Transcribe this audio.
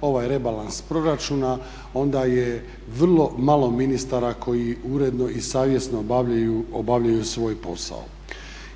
ovaj rebalans proračuna onda je vrlo malo ministara koji uredno i savjesno obavljaju svoj posao.